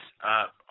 up